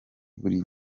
buri